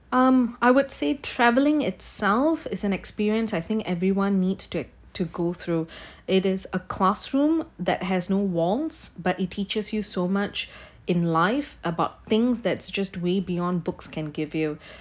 um I would say travelling itself is an experience I think everyone needs to to go through it is a classroom that has no warns but it teaches you so much in life about things that's just way beyond books can give you